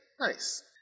nice